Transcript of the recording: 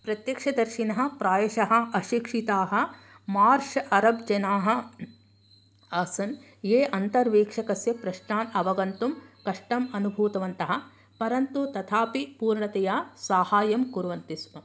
प्रत्यक्षदर्शिनः प्रायशः अशिक्षिताः marsh Arab जनाः आसन् ये अन्तर्वीक्षकस्य प्रश्नान् अवगन्तुं कष्टम् अनुभूतवन्तः परन्तु तथापि पूर्णतया साहाय्यं कुर्वन्ति स्म